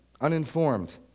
uninformed